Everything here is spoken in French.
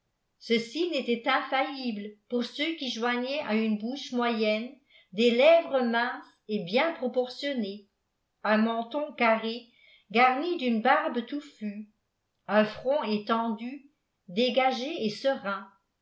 signe était infaillible pour ceux qui joignaient à une bouche moyenne des lèvres minces et bien proportionnées un menton carré garni d une barbe touffue un front étendu dég igé et serein